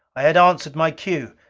i had answered my cue.